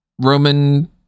roman